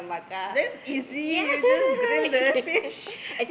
that's easy you just grill the fish